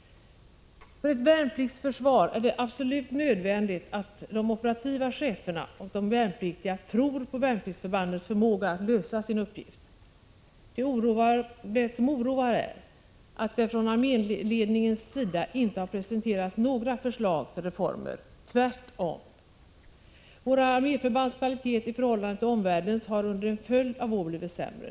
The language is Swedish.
För ett värnpliktsförsvar är det absolut nödvändigt att de operativa cheferna och de värnpliktiga tror på värnpliktsförbandens förmåga att lösa sin uppgift. Det som oroar är, att det från arméledningens sida inte har presenterats några förslag till reformer. Tvärtom! Våra arméförbands kvalitet i förhållande till omvärldens har under en följd av år blivit sämre.